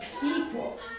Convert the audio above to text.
people